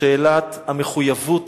לשאלת המחויבות